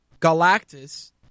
Galactus